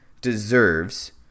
deserves